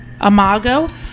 Amago